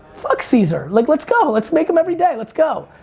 fuck caesar, like let's go, let's make em everyday, let's go.